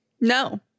no